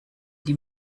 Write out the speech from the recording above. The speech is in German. die